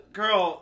girl